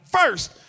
first